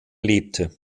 lebte